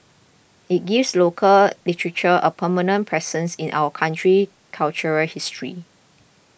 it gives local literature a permanent presence in our country cultural history